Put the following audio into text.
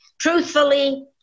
truthfully